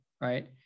right